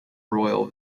royal